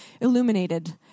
illuminated